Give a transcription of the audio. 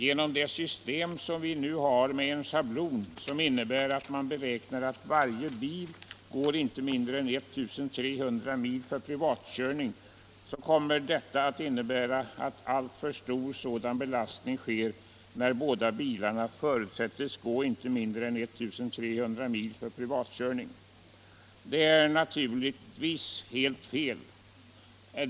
Det system som vi nu har med en schablon, enligt vilken varje bil beräknas gå inte mindre än 1300 mil för privatkörning, innebär en alltför stor belastning när båda bilarna förutsättes gå så lång sträcka för privatbruk. Det är naturligtvis helt fel.